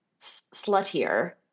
sluttier